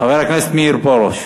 חבר הכנסת מאיר פרוש,